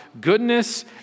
goodness